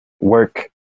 work